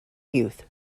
youth